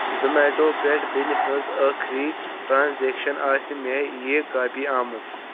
Zomato پٮ۪ٹھ بِلہِ ہٕنٛز ٲخٕری ٹرٛانزٮ۪کشَن آسہِ مےٚ ای کاپی آمٕژ